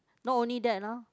not only that ah